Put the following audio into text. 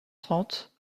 trente